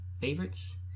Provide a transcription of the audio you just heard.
favorites